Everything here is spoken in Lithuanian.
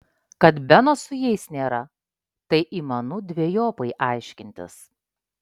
kad beno su jais nėra tai įmanu dvejopai aiškintis